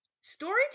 Storytelling